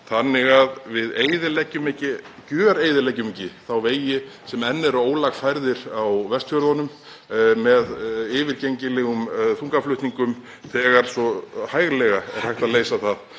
þannig að við gjöreyðileggjum ekki þá vegi sem enn eru ólagfærðir á Vestfjörðunum með yfirgengilegum þungaflutningum þegar svo hæglega er hægt að leysa það